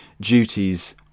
duties